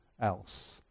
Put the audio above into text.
else